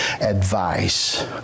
advice